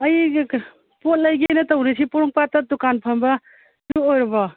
ꯑꯩꯁꯦ ꯄꯣꯠ ꯂꯩꯒꯦꯅ ꯇꯧꯔꯤꯁꯤ ꯄꯣꯔꯣꯝꯄꯥꯠꯇ ꯇꯨꯀꯥꯟ ꯐꯝꯕ ꯑꯗꯨ ꯑꯣꯏꯔꯕꯣ